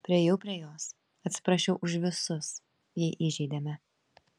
priėjau prie jos atsiprašiau už visus jei įžeidėme